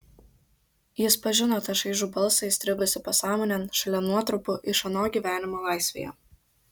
jis pažino tą šaižų balsą įstrigusį pasąmonėn šalia nuotrupų iš ano gyvenimo laisvėje